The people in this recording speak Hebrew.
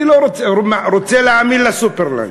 אני רוצה להאמין ל"סופרלנד",